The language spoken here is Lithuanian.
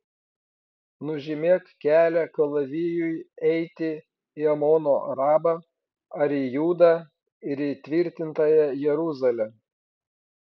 nužymėk kelią kalavijui eiti į amono rabą ar į judą ir įtvirtintąją jeruzalę